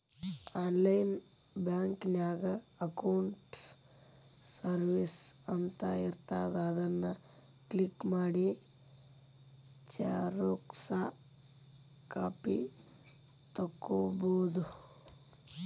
online ಬ್ಯಾಂಕಿನ್ಯಾಗ accounts services ಅಂತ ಇರ್ತಾದ ಅದನ್ ಕ್ಲಿಕ್ ಮಾಡಿ ಝೆರೊಕ್ಸಾ ಕಾಪಿ ತೊಕ್ಕೊಬೋದು